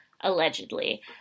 allegedly